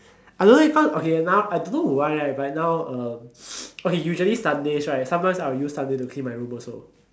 I don't know leh cause okay now I don't know why right but now uh okay usually Sundays right sometimes I will use Sunday to clean my room also